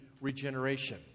regeneration